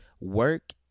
work